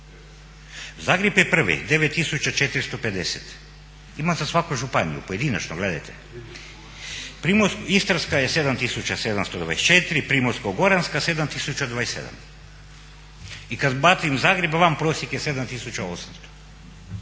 Zagreb je prvi, 9450. Ima za svaku županiju pojedinačno, gledajte. Istarska je 7724, Primorsko-goranska 7027. I kad izbacim Zagreb van prosjek je 7800.